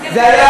זה ממש לא נכון.